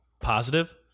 positive